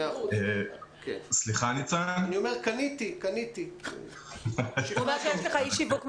הוא אמר שיש לך איש שיווק מצוין.